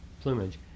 plumage